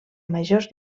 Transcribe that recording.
majors